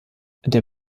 der